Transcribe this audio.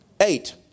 Eight